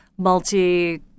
multi